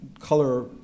color